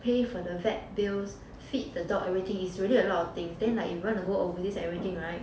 pay for the vet bills feed the dog everything is really a lot of thing then like you want to go overseas and everything [right]